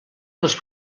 dels